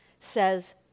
says